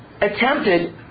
attempted